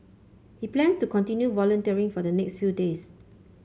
he plans to continue volunteering for the next few days